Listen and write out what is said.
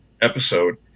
episode